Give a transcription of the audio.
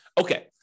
Okay